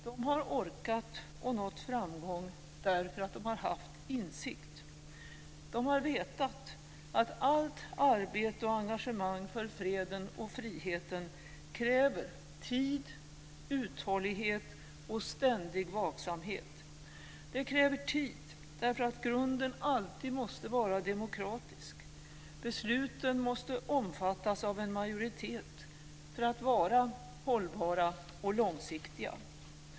De har orkat och nått framgång därför att de haft insikt. De har vetat att allt arbete och engagemang för freden och friheten kräver tid, uthållighet och ständig vaksamhet. Det kräver tid, därför att grunden alltid måste vara demokratisk - besluten måste omfattas av en majoritet för att vara hållbara och långsiktiga.